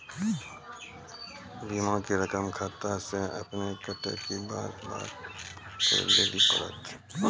बीमा के रकम खाता से अपने कटत कि बार बार जमा करे लेली पड़त?